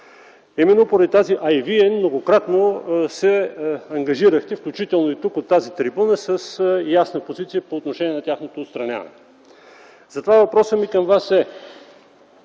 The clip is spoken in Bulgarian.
на цените. Вие многократно се ангажирахте, включително и тук, от тази трибуна, с ясна позиция по отношение на тяхното отстраняване. Въпросът ми към Вас е: